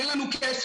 אין לנו כסף.